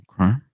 Okay